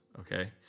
Okay